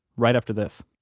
right after this